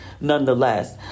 nonetheless